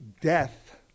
death